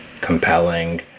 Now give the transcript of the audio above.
compelling